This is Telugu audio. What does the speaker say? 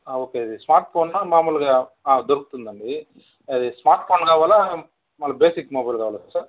ఓకే ఇది స్మార్ట్ ఫోనా మాములుగా దొరుకుతుందండి ఇది స్మార్ట్ ఫోన్ కావాలా మాములు బేసిక్ మొబైల్ కావాలా సార్